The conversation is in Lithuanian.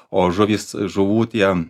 o žuvys žuvų tie